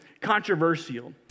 controversial